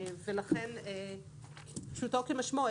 לכן פשוטו כמשמעו.